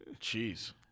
Jeez